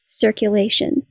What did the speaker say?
circulation